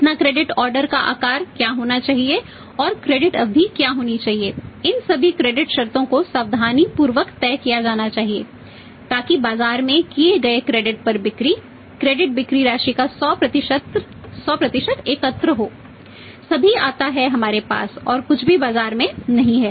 कितना क्रेडिट हो सकती है